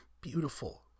Beautiful